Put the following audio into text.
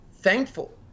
thankful